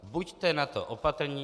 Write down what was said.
Buďte na to opatrní.